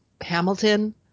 Hamilton